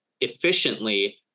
efficiently